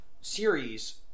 series